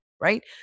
right